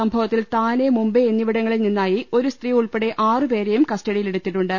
സംഭവ ത്തിൽ താനെ മുംബൈ എന്നിവിടങ്ങളിൽ നിന്നായി ഒരു സ്ത്രീ ഉൾപ്പെടെ ആറുപേരെയും കസ്റ്റഡിയിലെടുത്തിട്ടുണ്ട്